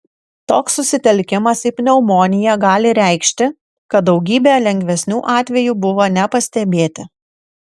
toks susitelkimas į pneumoniją gali reikšti kad daugybė lengvesnių atvejų buvo nepastebėti